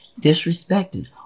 disrespected